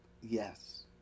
yes